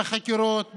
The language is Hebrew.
בחקירות,